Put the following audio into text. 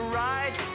ride